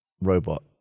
robot